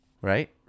right